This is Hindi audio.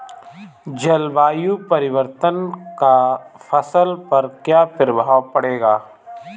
जलवायु परिवर्तन का फसल पर क्या प्रभाव पड़ेगा?